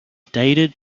dated